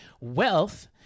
wealth